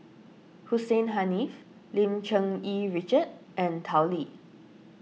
Hussein Haniff Lim Cherng Yih Richard and Tao Li